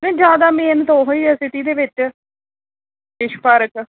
ਨਹੀਂ ਜ਼ਿਆਦਾ ਮੇਨ ਤਾਂ ਉਹੀ ਹੈ ਸਿਟੀ ਦੇ ਵਿੱਚ ਫਿਸ਼ ਪਾਰਕ